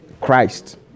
Christ